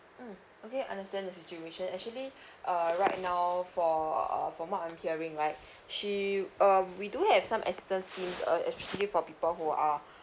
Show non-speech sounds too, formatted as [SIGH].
mm okay understand the situation actually [BREATH] uh right now for uh for what I'm hearing right she uh we do have some assistance scheme uh actually for people who are